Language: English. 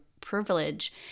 privilege